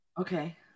Okay